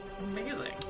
Amazing